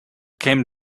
came